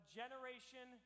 generation